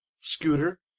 scooter